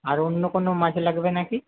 আর অন্য কোনও মাছ লাগবে নাকি